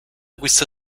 questa